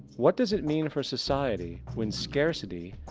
what does it mean for society when scarcity,